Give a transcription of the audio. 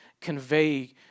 convey